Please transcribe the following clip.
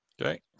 Okay